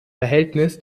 verhältnis